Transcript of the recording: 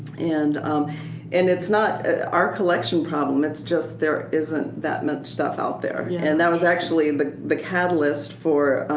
and um and it's not ah our collection problem, it's just there isn't that much stuff out there. yeah and that was actually the the catalyst for